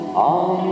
on